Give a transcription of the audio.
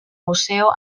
museo